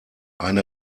eine